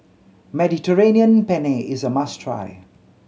Mediterranean Penne is a must try